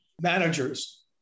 managers